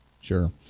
sure